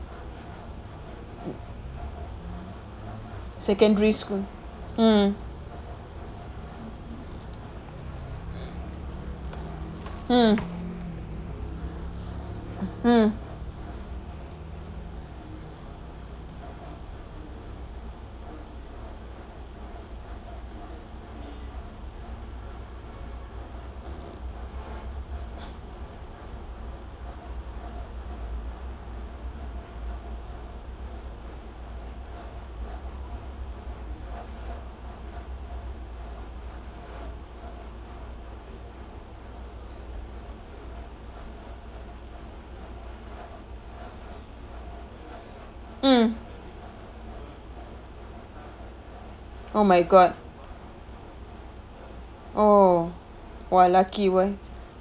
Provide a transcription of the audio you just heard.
secondary school mm mm mm mm oh my god oh !wah! lucky one